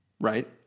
right